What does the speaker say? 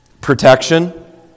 protection